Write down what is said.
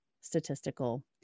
statistical